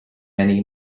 many